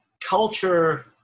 culture